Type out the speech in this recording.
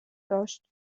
داشت